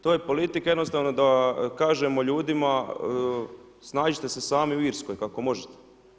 To je politika jednostavno da kažemo ljudima, snađite se sami u Irskoj, kako možete.